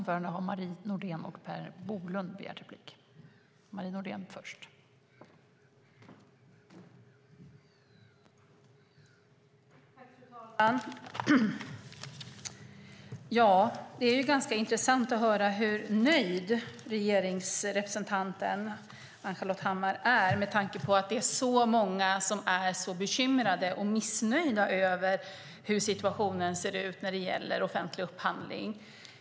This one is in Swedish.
Fru talman! Det är intressant att höra hur nöjd regeringsrepresentanten Ann-Charlotte Hammar Johnsson är med tanke på att det är så många som är bekymrade och missnöjda med hur situationen ser ut när det gäller offentlig upphandling.